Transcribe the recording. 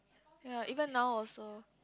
ya even now also